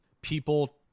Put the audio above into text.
People